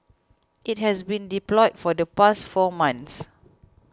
it has been deployed for the past four months